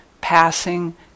passing